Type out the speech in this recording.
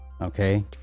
okay